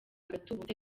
agatubutse